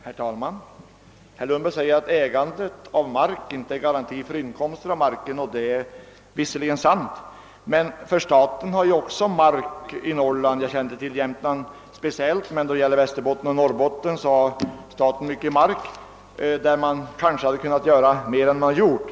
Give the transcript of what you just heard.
Herr talman! Herr Lundberg säger att ägandet av mark inte är någon garanti för inkomster av marken. Det är visserligen sant, men staten har också mark i Norrland. Jag känner inte Speciellt till Jämtland, men i Västerbotten och Norrbotten äger staten mycken mark, och där hade det kanske kunnat göras mer än det har gjorts.